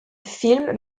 film